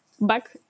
back